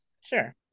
Sure